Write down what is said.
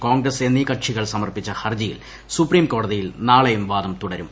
കോൺഗ്രസ് എന്നീ കക്ഷികൾ സമർപ്പിച്ച ഹർജിയിൽ സുപ്രീംകോടതിയിൽ നാളെയും വാദം തുടരും